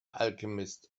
alchemist